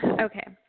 Okay